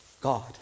God